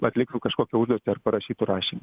atliktų kažkokią užduotį ar parašytų rašinį